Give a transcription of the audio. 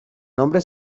nombre